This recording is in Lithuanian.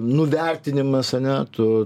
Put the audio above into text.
nuvertinimas ane tu